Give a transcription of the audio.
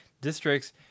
districts